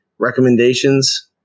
recommendations